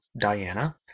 Diana